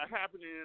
happening